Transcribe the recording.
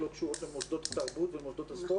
לא קשורות למוסדות התרבות ולמוסדות הספורט?